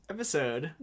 episode